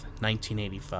1985